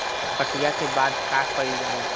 कटिया के बाद का कइल जाला?